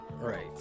Right